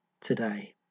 today